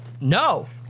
No